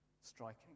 striking